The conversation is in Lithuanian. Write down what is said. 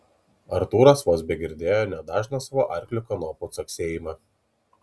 artūras vos begirdėjo net dažną savo arklio kanopų caksėjimą